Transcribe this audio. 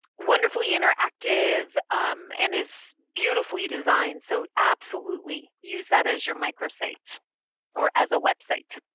wonderfully interactive and is beautifully designed. so absolutely use that as your micro site or as a website.